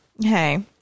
Hey